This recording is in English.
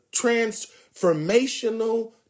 transformational